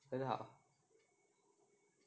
很好